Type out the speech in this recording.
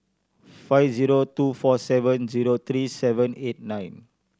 five zero two four seven zero three seven eight nine